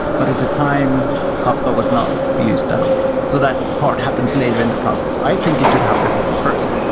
but at the time, kafka was not used at all. so that part happens later in the process. i think it should happen first. but